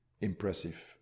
impressive